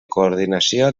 coordinació